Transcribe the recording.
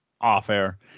off-air